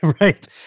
Right